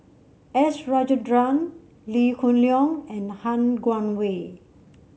S Rajendran Lee Hoon Leong and Han Guangwei